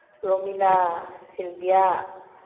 ꯔꯣꯃꯤꯅꯥ ꯁꯤꯜꯕꯤꯌꯥ